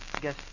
guess